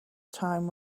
time